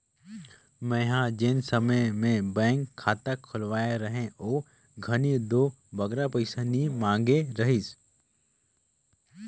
मेंहा जेन समे में बेंक खाता खोलवाए रहें ओ घनी दो बगरा पइसा नी मांगे रहिस